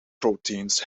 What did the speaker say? proteins